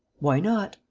why not?